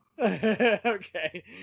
okay